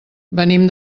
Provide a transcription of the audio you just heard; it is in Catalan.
venim